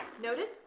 Noted